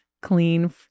clean